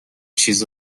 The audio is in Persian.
چیز